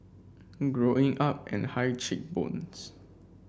Growing Up and high cheek bones